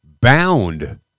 bound